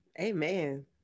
Amen